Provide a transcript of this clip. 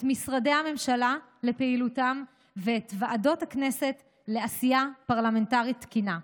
את משרדי הממשלה לפעילותם ואת ועדות הכנסת לעשייה פרלמנטרית תקינה.